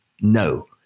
no